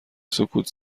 سکوت